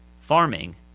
farming